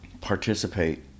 participate